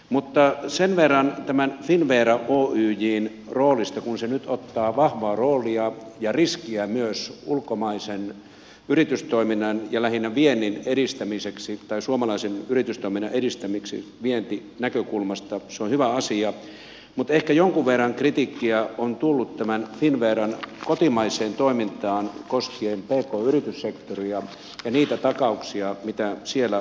mutta sen verran tämän finnvera oyjn roolista kun se nyt ottaa vahvaa roolia ja riskiä myös ulkomaisen yritystoiminnan ja lähinnä viennin edistämiseksi tai suomalaisen yritystoiminnan edistämiseksi vientinäkökulmasta se on hyvä asia että ehkä jonkun verran kritiikkiä on tullut tämän finnveran kotimaisesta toiminnasta koskien pk yrityssektoria ja niitä takauksia mitä siellä vaaditaan